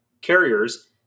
carriers